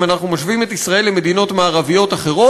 אם אנחנו משווים את ישראל למדינות מערביות אחרות,